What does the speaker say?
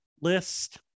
list